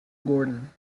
gordon